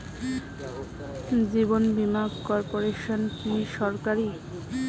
জীবন বীমা কর্পোরেশন কি সরকারি?